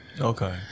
Okay